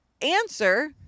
answer